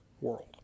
world